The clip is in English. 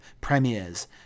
premieres